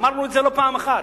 אמרנו את זה לא פעם אחת.